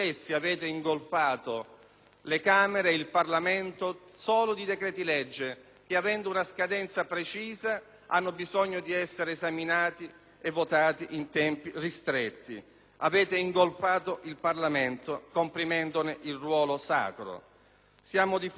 le Camere e il Parlamento presentando solo con decreti‑legge, che, avendo una scadenza precisa, hanno bisogno di essere esaminati e votati in tempi ristretti. Avete ingolfato il Parlamento comprimendone il ruolo sacro. Siamo di fronte - è un tema su